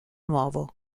nuovo